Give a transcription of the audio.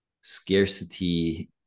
scarcity